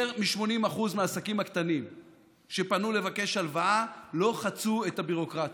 יותר מ-80% מהעסקים הקטנים שפנו לבקש הלוואה לא חצו את הביורוקרטיה,